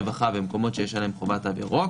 רווחה ומקומות שיש עליהם חובת תו ירוק